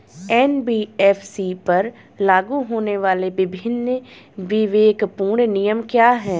NBFC पर लागू होने वाले विभिन्न विवेकपूर्ण नियम क्या हैं?